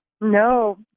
no